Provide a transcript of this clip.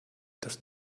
das